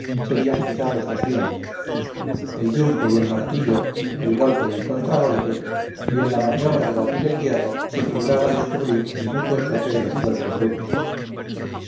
serían quizá los dos vientos el yunque y el martillo el golpe y el contragolpe y en la maniobra de batir el hierro se figuraba descubrir el mutuo choque de los cuerpos duros